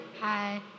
Hi